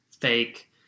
fake